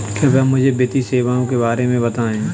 कृपया मुझे वित्तीय सेवाओं के बारे में बताएँ?